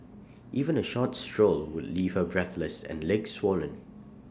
even A short stroll would leave her breathless and legs swollen